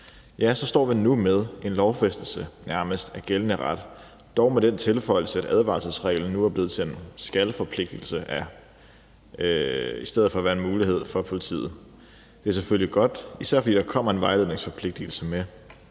med sig, står vi nu med nærmest en lovfæstelse af gældende ret, dog med den tilføjelse, at advarselsreglen nu er blevet til en »skal«-forpligtelse i stedet for at være en mulighed for politiet. Det er selvfølgelig godt, især fordi der kommer en vejledningsforpligtelse med,